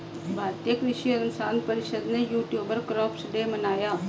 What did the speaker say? भारतीय कृषि अनुसंधान परिषद ने ट्यूबर क्रॉप्स डे मनाया